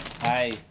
Hi